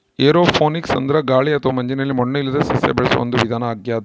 aeroponics ಅಂದ್ರೆ ಗಾಳಿ ಅಥವಾ ಮಂಜಿನಲ್ಲಿ ಮಣ್ಣು ಇಲ್ಲದೇ ಸಸ್ಯ ಬೆಳೆಸುವ ಒಂದು ವಿಧಾನ ಆಗ್ಯಾದ